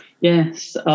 Yes